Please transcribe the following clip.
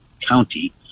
county